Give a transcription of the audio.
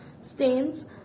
stains